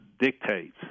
dictates